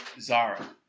Zara